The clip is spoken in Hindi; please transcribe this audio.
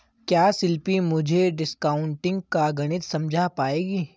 क्या शिल्पी मुझे डिस्काउंटिंग का गणित समझा पाएगी?